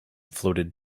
floated